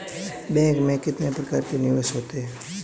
Bank में कितने प्रकार के निवेश होते हैं?